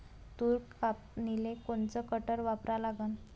तूर कापनीले कोनचं कटर वापरा लागन?